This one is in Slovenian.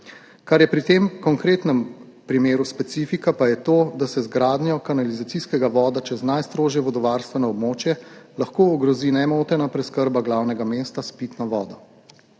Kar je pri tem konkretnem primeru specifika, pa je to, da se z gradnjo kanalizacijskega voda čez najstrožje vodovarstveno območje lahko ogrozi nemotena preskrba glavnega mesta s pitno vodo.